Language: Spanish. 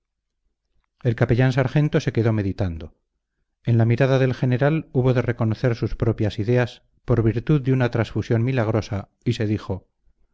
el capellán sargento se quedó meditando en la mirada del general hubo de reconocer sus propias ideas por virtud de una transfusión milagrosa y se dijo